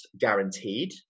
guaranteed